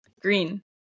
green